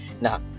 Nah